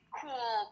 cool